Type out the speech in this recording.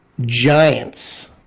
Giants